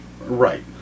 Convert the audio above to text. Right